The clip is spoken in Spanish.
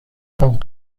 con